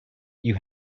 you